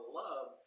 love